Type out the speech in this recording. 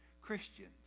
Christians